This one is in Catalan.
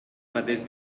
mateix